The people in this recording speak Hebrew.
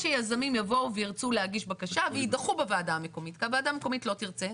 שיזמים יגישו בקשה ויידחו בוועדה המקומית כי הוועדה המקומית לא תרצה.